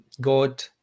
God